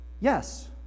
Yes